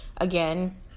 again